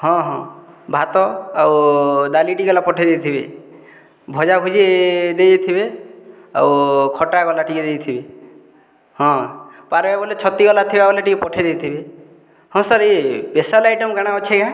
ହଁ ହଁ ଭାତ ଆଉ ଡାଲି ଟିକେ ଗଲା ପଠେଇ ଦେଇଥିବେ ଭଜା ଭୁଜି ଦେଇ ଦେଇଥିବେ ଆଉ ଖଟା ଗଲା ଟିକେ ଦେଇଥିବେ ହଁ ପାର୍ବେ ବଲେ ଛତିଗଲା ଥିବା ଟିକେ ପଠେଇ ଦେଇଥିବେ ହଁ ସାର୍ ଇ ସ୍ପେଶାଲ୍ ଆଇଟମ୍ କାଣା ଅଛେ କେଁ